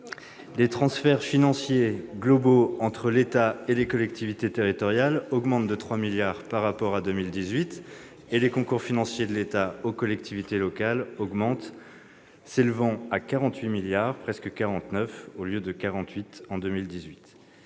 Les transferts financiers globaux entre l'État et les collectivités territoriales augmentent de 3 milliards d'euros par rapport à 2018, et les concours financiers de l'État aux collectivités locales augmentent, s'élevant à 48,6 milliards d'euros au lieu de 48,3